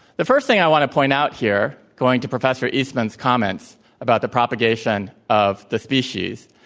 the first thing i want to point out here, going to professoreastman's comments about the propagation of the species,